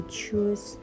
choose